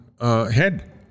head